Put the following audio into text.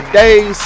days